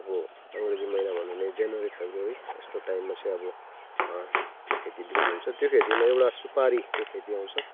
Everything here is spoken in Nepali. अब अङ्ग्रेजी महिना भन्नु भने जेनवरी फेब्रुअरी यस्तो टाइममा चाहिँ अब त्यो खेती बिक्री हुन्छ त्यो खेतीमा एउटा सुपारीको खेती आउँछ